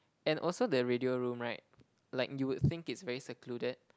and also the radio room right like you would think it's very secluded